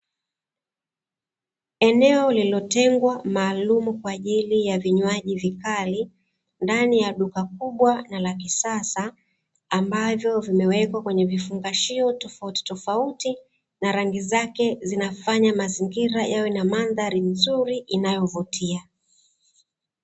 Eneo lililotengwa maalumu kwa ajili ya vinywaji vikali ndani ya duka kubwa na la kisasa, ambavyo vimewekwa kwenye vifungashio tofautitofauti, na rangi zake zinafanya mazingira yawe na mandhari nzuri inayo vutia.